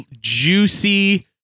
juicy